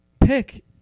pick